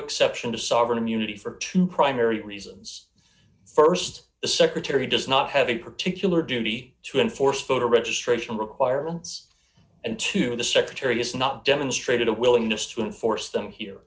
exception to sovereign immunity for two primary reasons st the secretary does not have a particular duty to enforce voter registration requirements and to the secretary has not demonstrated a willingness to enforce them here